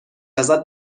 ازت